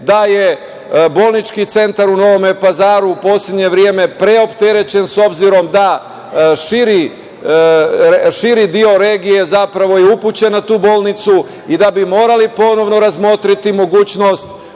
da je bolnički centar u Novom Pazaru u poslednje vreme preopterećen, s obzirom da širi deo regije zapravo je upućen na tu bolnicu i da bi morali ponovo razmotriti mogućnost